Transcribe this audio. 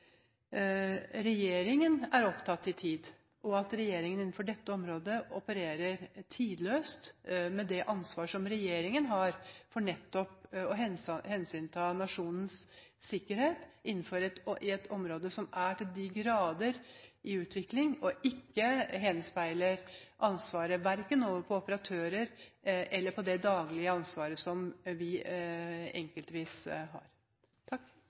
regjeringen på dette området opererer tidløst, med det ansvar som regjeringen har for å hensynta nasjonens sikkerhet i et område som er til de grader under utvikling, og ikke skyver ansvaret over på verken operatører eller på det enkelte mennesket. Først vil jeg takke representanten Werp for en god interpellasjon og en god gjennomgang, en god gjennomgang av de undringene som også Venstre har